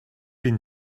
been